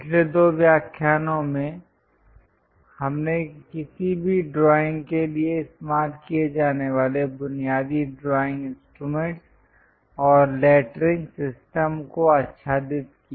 पिछले दो व्याख्यानों में हमने किसी भी ड्राइंग के लिए इस्तेमाल किए जाने वाले बुनियादी ड्राइंग इंस्ट्रूमेंट्स और लेटरिंग सिस्टम को आच्छादित किया